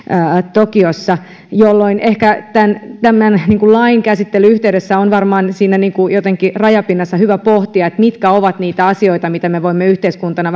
tokiossa ehkä tämän tämän lain käsittelyn yhteydessä siinä rajapinnassa on hyvä pohtia mitkä ovat niitä asioita mitä me voimme yhteiskuntana